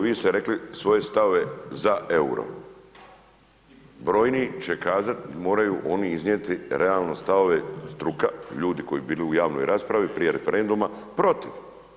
Vi te rekli svoje stavove za euro, brojni će kazati moraju oni iznijeti realno stavove struka, ljudi koji biraju u javnoj raspravi, prije referenduma protiv.